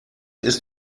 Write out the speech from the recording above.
ist